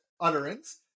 utterance